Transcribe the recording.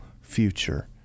future